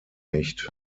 nicht